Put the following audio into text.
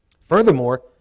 Furthermore